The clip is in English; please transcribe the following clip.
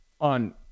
on